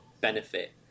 benefit